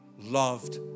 loved